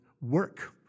work